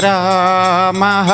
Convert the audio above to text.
Rama